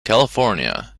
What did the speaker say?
california